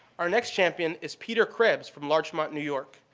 our next champion is peter krebbs from larchmont, new york.